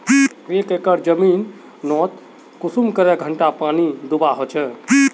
एक एकर जमीन नोत कुंसम करे घंटा पानी दुबा होचए?